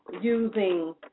using